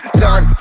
done